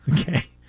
Okay